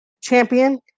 champion